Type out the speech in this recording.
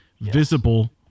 visible